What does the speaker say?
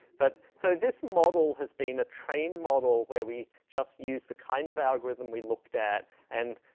but, so this model has been a trained model where we just use the kind of algorithm we looked at and,